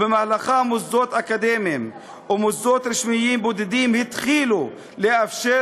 שבמהלכן מוסדות אקדמיים או מוסדות רשמיים בודדים התחילו לאפשר